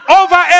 over